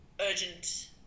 urgent